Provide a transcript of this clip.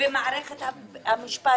ומערכת המשפט